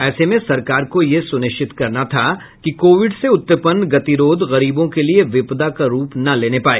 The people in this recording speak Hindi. ऐसे में सरकार को यह सुनिश्चित करना था कि कोविड से उत्पन्न गतिरोध गरीबों के लिए विपदा का रूप न लेने पाए